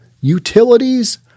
utilities